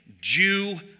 Jew